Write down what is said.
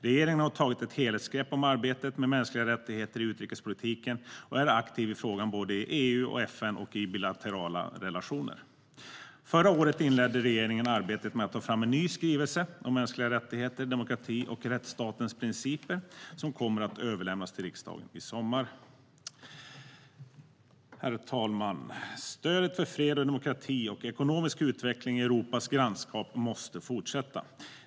Regeringen har tagit ett helhetsgrepp om arbetet med mänskliga rättigheter i utrikespolitiken och är aktiv i frågan i EU, i FN och i bilaterala relationer. Förra året inledde regeringen arbetet med att ta fram en ny skrivelse om mänskliga rättigheter, demokrati och rättsstatens principer som kommer att överlämnas till riksdagen i sommar. Herr talman! Stödet för fred, demokrati och ekonomisk utveckling i Europas grannskap måste fortsätta.